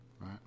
right